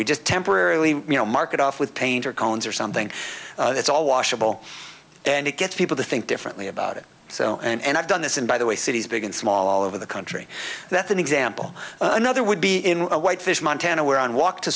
we just temporarily you know mark it off with paint or cones or something it's all washable and it gets people to think differently about it so and i've done this in by the way cities big and small all over the country that's an example another would be in whitefish montana where on walk to